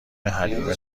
حلیمه